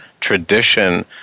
Tradition